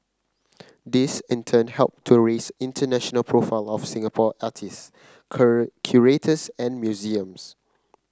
this in turn help to raise international profile of Singapore artist curators and museums